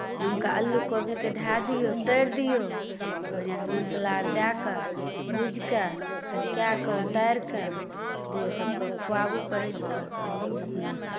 ओहिमेके आलू कोबीकेँ धए दियौ तरि दियौ बढ़िआँसँ मसाला आओर दए कऽ भुजि कऽ खदका कऽ उतारि कऽ दियौ सभकेँ खुआबू परसिकेँ अपनासँ